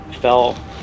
fell